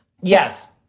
Yes